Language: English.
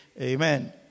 Amen